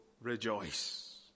rejoice